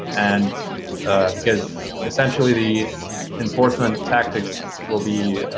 and because essentially the enforcement tactics will be